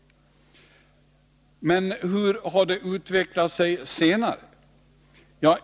Men hur har det utvecklat sig senare?